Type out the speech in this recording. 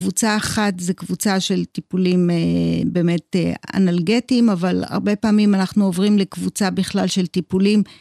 קבוצה אחת זה קבוצה של טיפולים באמת אנלגטיים, אבל הרבה פעמים אנחנו עוברים לקבוצה בכלל של טיפולים.